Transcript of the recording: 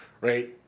right